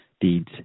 deeds